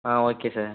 ah okay sir